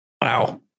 Wow